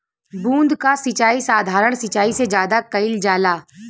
बूंद क सिचाई साधारण सिचाई से ज्यादा कईल जाला